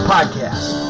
Podcast